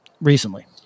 recently